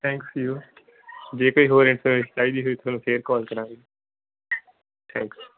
thanks you ਜੇ ਕੋਈ ਹੋਰ ਇਨਫਰਮੇਸ਼ਨ ਚਾਹੀਦੀ ਹੋਈ ਤੁਹਾਨੂੰ ਫਿਰ ਕੋਲ ਕਰਾਂਗੇ ਥੈਂਕਸ